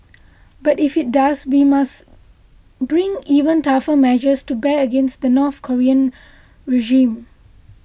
but if it does we must bring even tougher measures to bear against the North Korean regime